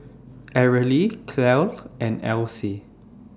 Arely Clell and Elsie